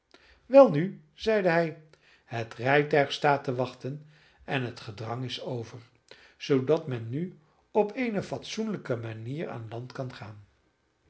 welnu zeide hij het rijtuig staat te wachten en het gedrang is over zoodat men nu op eene fatsoenlijke manier aan land kan gaan